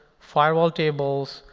firewall tables,